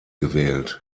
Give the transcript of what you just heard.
gewählt